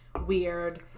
weird